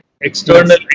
External